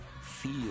Feel